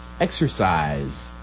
exercise